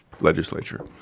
legislature